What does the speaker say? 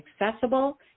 accessible